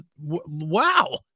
wow